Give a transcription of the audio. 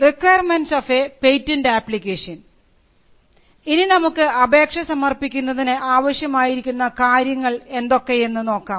requirements of a patent application ഇനി നമുക്ക് അപേക്ഷ സമർപ്പിക്കുന്നതിന് ആവശ്യമായിരിക്കുന്ന കാര്യങ്ങൾ എന്തൊക്കെയെന്ന് നോക്കാം